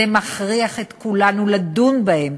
זה מכריח את כולנו לדון בהם,